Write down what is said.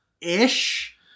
Ish